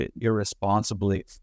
irresponsibly